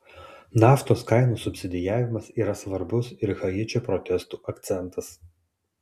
naftos kainų subsidijavimas yra svarbus ir haičio protestų akcentas